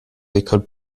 écoles